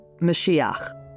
Mashiach